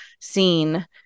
seen